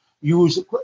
use